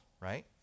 right